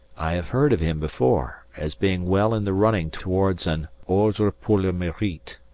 i have heard of him before as being well in the running towards an ordre pour le merite.